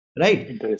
Right